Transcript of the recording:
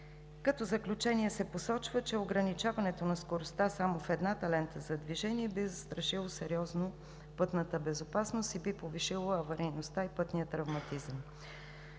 Като заключение се посочва, че ограничаването на скоростта само в едната лента за движение би застрашило сериозно пътната безопасност и би повишило аварийността и пътния травматизъм.